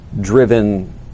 driven